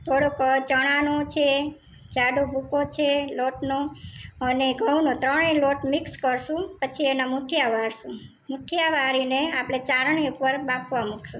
થોડોક ચણાનો છે જાડો ભૂક્કો છે લોટનો અને ઘઉંનો ત્રણેય લોટ મિક્સ કરીશું પછી એના મૂઠીયા વાળીશું મૂઠીયા વાળીને આપણે ચાળણી ઉપર બાફવા મુકીશું